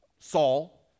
Saul